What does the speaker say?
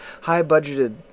high-budgeted